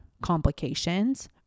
complications